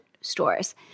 stores